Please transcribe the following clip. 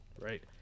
Right